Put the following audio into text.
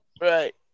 Right